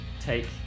Take